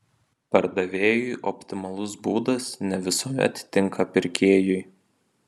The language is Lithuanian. pardavėjui optimalus būdas ne visuomet tinka pirkėjui